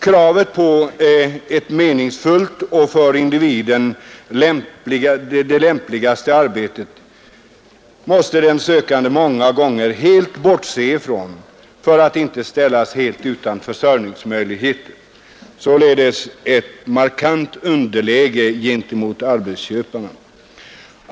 Kravet på ett meningsfullt och för individen mest lämpligt arbete måste den arbetssökande många gånger helt bortse från för att inte ställas alldeles utan försörjningsmöjligheter. Han har således ett markant underläge gentemot arbetsköparna.